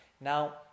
Now